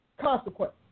consequence